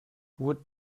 would